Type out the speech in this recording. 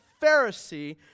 Pharisee